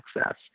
access